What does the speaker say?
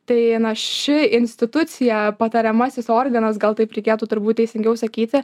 tai na ši institucija patariamasis organas gal taip reikėtų turbūt teisingiau sakyti